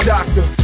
Doctor